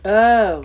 oh